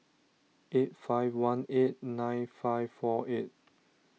eight five one eight nine five four eight